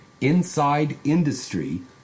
INSIDEINDUSTRY